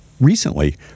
Recently